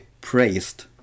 praised